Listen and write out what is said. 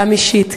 גם אישית,